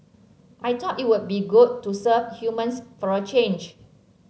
I thought it would be good to serve humans for a change